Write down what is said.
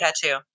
tattoo